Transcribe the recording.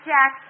Jack